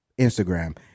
Instagram